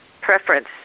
preference